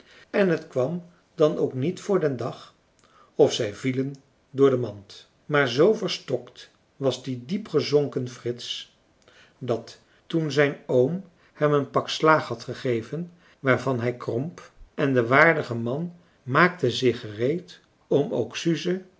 en het kwam dan ook niet voor den dag of zij vielen door de mand maar z verstokt was die diepgezonken frits dat toen zijn oom hem een pak slaag had gegeven waarvan hij kromp en de waardige man maakte zich gereed om ook suze